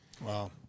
Wow